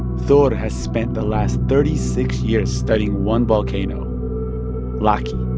thor has spent the last thirty six years studying one volcano laki